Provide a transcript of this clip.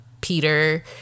Peter